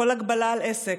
כל הגבלה על עסק,